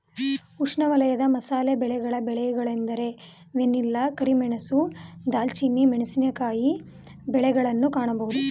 ಉಷ್ಣವಲಯದ ಮಸಾಲೆ ಬೆಳೆಗಳ ಬೆಳೆಗಳೆಂದರೆ ವೆನಿಲ್ಲಾ, ಕರಿಮೆಣಸು, ದಾಲ್ಚಿನ್ನಿ, ಮೆಣಸಿನಕಾಯಿ ಬೆಳೆಗಳನ್ನು ಕಾಣಬೋದು